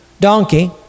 Donkey